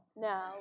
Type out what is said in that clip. No